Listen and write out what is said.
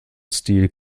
stil